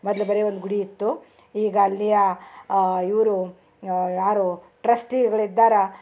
ಮದ್ಲ ಬರೇ ಒಂದು ಗುಡಿ ಇತ್ತು ಈಗ ಅಲ್ಲಿ ಆ ಇವರು ಯಾರು ಟ್ರಸ್ಟಿಗಳಿದ್ದಾರೆ